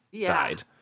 died